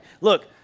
Look